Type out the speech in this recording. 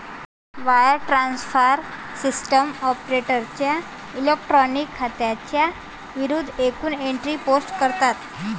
wire transfer system ऑपरेटरच्या electronic खात्यांच्या विरूद्ध एकूण एंट्री पोस्ट करतात